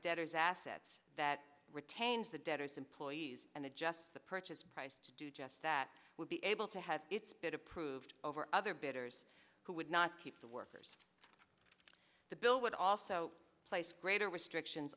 debtor's assets that retains the debtors employees and adjusts the purchase price to do just that would be able to have its bid approved over other bidders who would not keep the workers the bill would also place greater restrictions